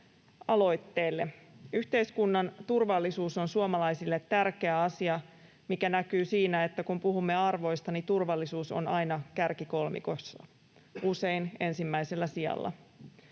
aloitteelle. Yhteiskunnan turvallisuus on suomalaisille tärkeä asia, mikä näkyy siinä, että kun puhumme arvoista, turvallisuus on aina kärkikolmikossa, usein ensimmäisellä sijalla.